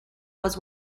was